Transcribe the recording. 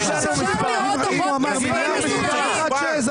הנה הוא אמר --- אפשר לראות דוחות כספיים מסודרים?